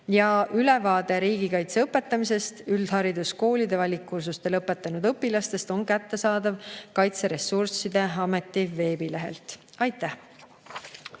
Ülevaade riigikaitse õpetamisest üldhariduskoolide valikkursuste lõpetanud õpilastest on kättesaadav Kaitseressursside Ameti veebilehel. Aitäh!